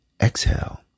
Exhale